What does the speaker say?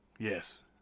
Yes